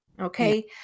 okay